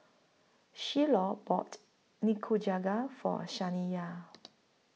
Shiloh bought Nikujaga For Saniya